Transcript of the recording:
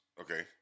okay